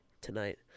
tonight